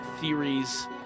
theories